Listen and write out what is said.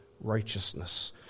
righteousness